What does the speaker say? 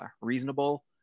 reasonable